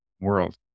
world